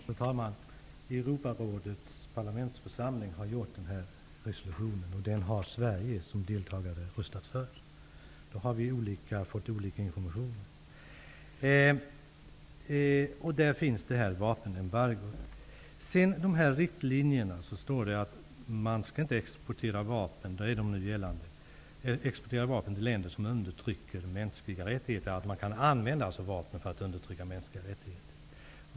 Fru talman! Europarådets parlamentsförsamling har utfärdat denna resolution, och den har Sverige som deltagare röstat för. Vi har i annat fall fått olika informationer. Det finns ett vapenembargo. I de nu gällande riktlinjerna står att man inte skall exportera vapen till länder som kan använda vapnen för att undertrycka mänskliga rättigheter.